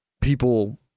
People